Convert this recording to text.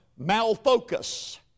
malfocus